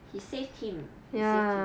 he saved him he saved him